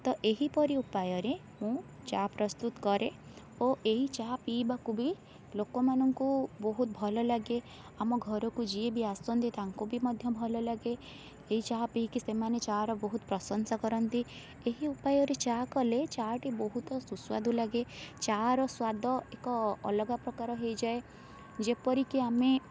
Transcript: ତ ଏହିପରି ଉପାୟରେ ମୁଁ ଚା' ପ୍ରସ୍ତୁତ କରେ ଓ ଏହି ଚାହା ପିଇବାକୁ ବି ଲୋକମାନଙ୍କୁ ବହୁତ ଭଲ ଲାଗେ ଆମ ଘରକୁ ଯିଏ ବି ଆସନ୍ତି ତାଙ୍କୁ ବି ମଧ୍ୟ ଭଲ ଲାଗେ ଏହି ଚା' ପିଇକି ସେମାନେ ଚା' ର ବହୁତ ପ୍ରଶଂସା କରନ୍ତି ଏହି ଉପାୟରେ ଚା' କଲେ ଚା' ଟି ବହୁତ ସୁସ୍ୱାଦୁ ଲାଗେ ଚା' ର ସ୍ୱାଦ ଏକ ଅଲଗା ପ୍ରକାର ହୋଇଯାଏ ଯେପରିକି ଆମେ